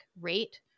rate